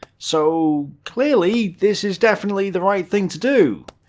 so clearly, this is definitely the right thing to do.